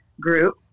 group